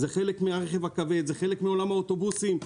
זה חלק מהרכב הכבד, זה חלק מעולם האוטובוסים.